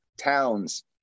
towns